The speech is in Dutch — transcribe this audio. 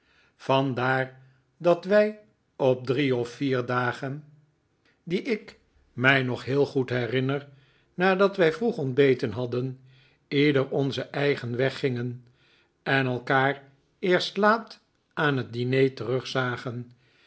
vandaar dat wij op drie of vier dagen die ik mij nog heel goed herinner nadat wij vroeg ontbeten hadden ieder onzen eigen weg gingen en elkaar eerst laat aan het diner